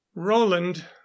roland